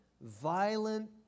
violent